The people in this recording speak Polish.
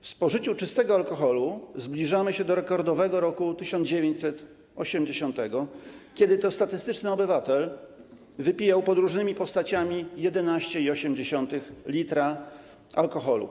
W spożyciu czystego alkoholu zbliżamy się do rekordowego roku 1980, kiedy to statystyczny obywatel wypijał pod różnymi postaciami 11,8 l alkoholu.